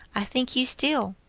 i think you steal,